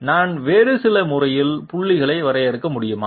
நான் வேறு சில முறையில் புள்ளிகளை வரையறுக்க முடியுமா